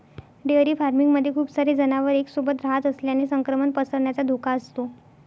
dairy farming मध्ये खूप सारे जनावर एक सोबत रहात असल्याने संक्रमण पसरण्याचा धोका असतो